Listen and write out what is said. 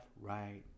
right